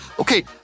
Okay